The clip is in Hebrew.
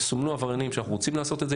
סומנו עבריינים שאנחנו רוצים לעשות את זה,